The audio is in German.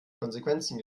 konsequenzen